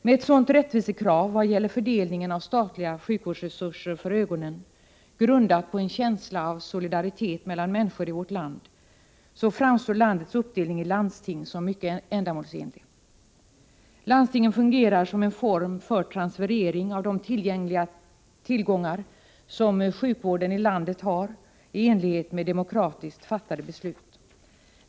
Med ett sådant rättvisekrav vad gäller fördelningen av statliga sjukvårdsresurser för ögonen, grundat på en känsla av solidaritet mellan människor i vårt land, framstår landets uppdelning i landsting som mycket ändamålsenlig. Landstingen fungerar som en form för transferering av de tillgängliga resurser som sjukvården i landet har efter demokratiskt fattade beslut.